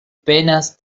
penas